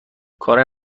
کار